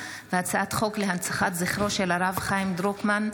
והצעת חוק להנצחת זכרו של הרב חיים דרוקמן,